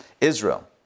Israel